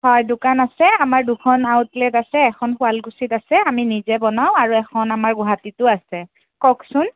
হয় দোকান আছে আমাৰ দুখন আউটলেট আছে এখন শুৱালকুছিত আছে আমি নিজে বনাওঁ আৰু এখন আমাৰ গুৱাহাটীতো আছে কওকচোন